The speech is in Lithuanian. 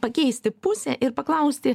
pakeisti pusę ir paklausti